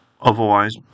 Otherwise